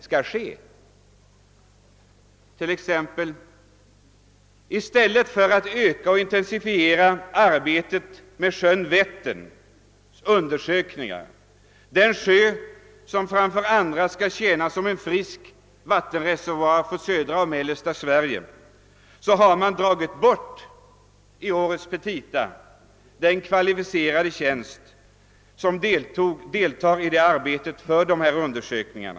Exempelvis har man i årets petita, i stället för att öka och intensifiera arbetet med undersökningarna av sjön Vättern — den sjö som framför andra skall tjäna som en frisk vattenreservoar för södra och mellersta Sverige — dragit bort den kvalificerade tjänst, vilkens innehavare skall delta i arbetet med dessa undersökningar.